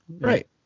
Right